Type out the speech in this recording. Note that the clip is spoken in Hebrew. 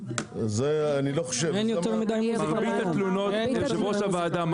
יושב ראש הוועדה,